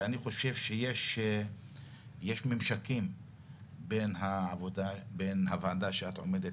ואני חושב שיש ממשקים בין הוועדה שאת עומדת